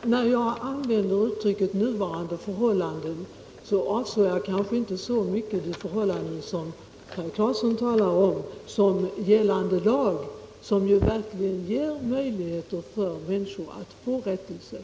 Herr talman! När jag använde uttrycket nuvarande förhållanden, avsåg jag kanske inte så mycket de förhållanden som herr Claeson talar om Nr 96 utan mera gällande lag, som ju verkligen ger möjlighet för människorna Torsdagen den att få rättelse.